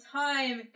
time